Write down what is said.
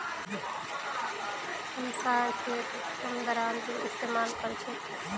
हमसार खेतत हम दरांतीर इस्तेमाल कर छेक